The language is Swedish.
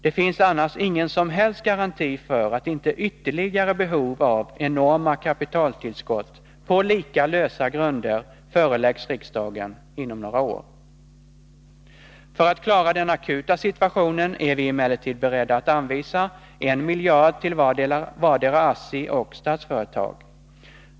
Det finns annars ingen som helst garanti för att inte ytterligare behov av enorma kapitaltillskott på lika lösa grunder föreläggs riksdagen inom några år. För att klara den akuta situationen är vi emellertid beredda att anvisa 1 miljard till vartdera ASSI och Statsföretag.